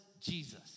Jesus